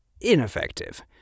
ineffective